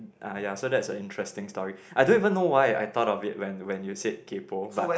ah ya that's a interesting story I don't even know why I thought of it when when you said kaypoh but